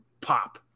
pop